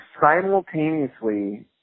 simultaneously